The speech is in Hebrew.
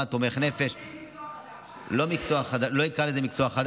אין אדם אחד שנכח בישיבת הוועדה לביקורת המדינה בראשות חברנו